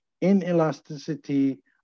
inelasticity